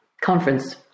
conference